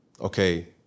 Okay